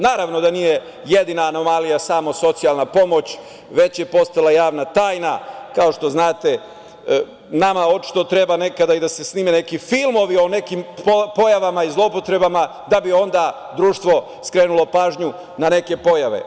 Naravno da nije jedina anomalija samo socijalna pomoć, već je postala javna tajna, kao što znate, nama očito treba nekada i da se snime neki filmovi o nekim pojavama i zloupotrebama da bi onda društvo skrenulo pažnju na neke pojave.